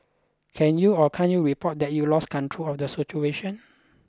can you or can't you report that you've lost control of the situation